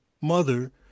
mother